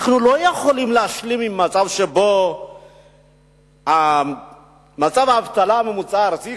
אנחנו לא יכולים להשלים עם מצב שבו מצב האבטלה בממוצע הארצי,